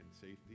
safety